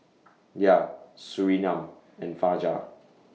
Dhia Surinam and Fajar